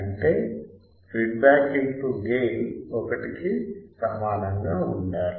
అంటే feedback into gain 1 కి సమానంగా ఉండాలి